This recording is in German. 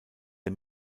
der